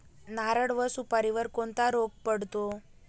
नारळ व सुपारीवर कोणता रोग पडतो?